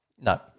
no